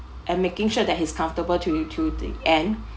and making sure that he's comfortable to to the end